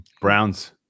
Browns